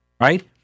right